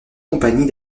compagnies